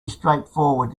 straightforward